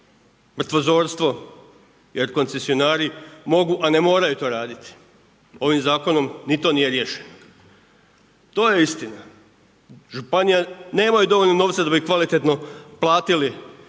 mrtvozorstvo, jer koncesionari mogu a i ne moraju to raditi. Ovim zakonom, ni to nije riješeno. To je istina, županija, nemaju dovoljno novca da bi kvalitetno platili